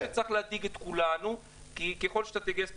-- אני אומר שזה צריך להדאיג את כולנו כי ככל שתגייס פחות,